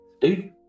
Dude